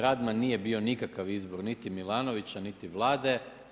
Radman nije bio nikakav izbor niti Milanovića, niti Vlade.